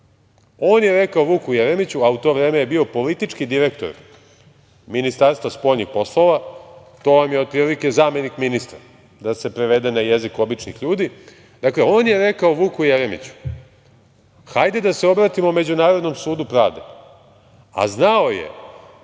On je rekao Vuku Jeremiću, a u to vreme je bio politički direktor Ministarstva spoljnih poslova, to vam je otprilike zamenik ministra, da se prevede na jezik običnih ljudi, dakle, on je rekao Vuku Jeremiću - hajde da se obratimo Međunarodnom sudu pravde, a znao je,